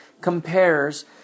compares